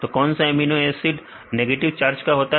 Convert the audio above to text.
तो कौन सा एमिनो एसिड नेगेटिव चार्ज होता है